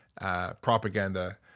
propaganda